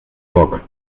bock